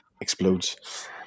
explodes